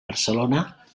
barcelona